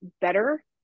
better